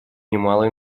немало